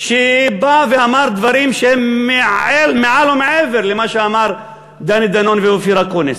שבא ואמר דברים שהם מעל ומעבר למה שאמרו דני דנון ואופיר אקוניס.